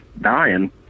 dying